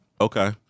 Okay